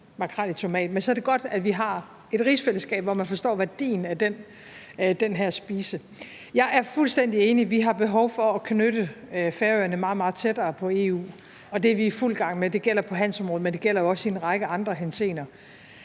Men så er det godt, at vi har et rigsfællesskab, hvor man forstår værdien af den her spise. Jeg er fuldstændig enig. Vi har behov for at knytte Færøerne meget, meget tættere til EU, og det er vi i fuld gang med. Det gælder på handelsområdet, men det gælder jo også i en række andre henseender.